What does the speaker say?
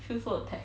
feel so attacked